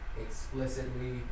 explicitly